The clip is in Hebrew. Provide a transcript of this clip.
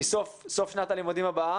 מסוף שנת הלימודים הקודמת,